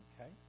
okay